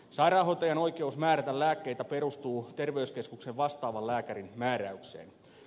sairaanhoitajan oikeus määrätä lääkkeitä perustuu terveyskeskuksen vastaavan lääkärin määräykseen